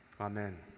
Amen